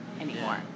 anymore